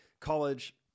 college